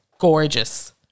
Gorgeous